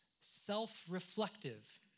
self-reflective